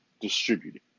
distributed